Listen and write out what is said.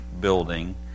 building